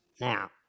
Now